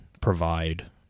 provide